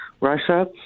Russia